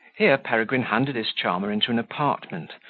here peregrine handed his charmer into an apartment,